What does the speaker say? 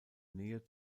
nähe